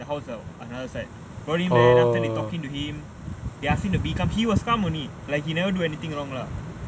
the house on another side brought him there and they talking to him they ask him to be calm he was calm only like he never do anything wrong lah ah okay the senate the